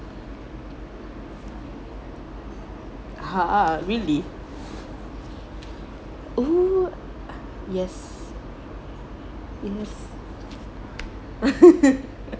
ah really oh yes yes